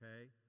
Okay